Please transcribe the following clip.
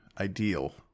ideal